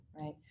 right